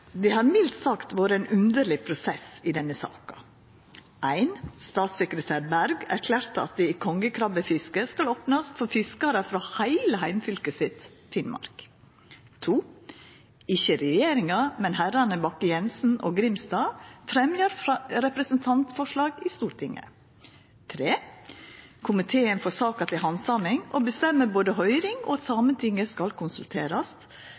Det har mildt sagt vore ein underleg prosess i denne saka: Statssekretær Berg erklærer at det i kongekrabbefisket skal opnast for fiskarar frå heile heimfylket hans, Finnmark. Ikkje regjeringa, men herrane Bakke-Jensen og Grimstad fremjar representantforslag i Stortinget. Komiteen får saka til handsaming og bestemmer både høyring og at Sametinget skal konsulterast.